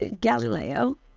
Galileo